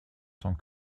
tant